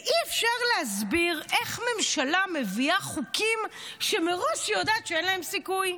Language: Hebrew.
אי-אפשר להסביר איך ממשלה מביאה חוקים שמראש היא יודעת שאין להם סיכוי.